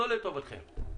לטובתכם.